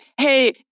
hey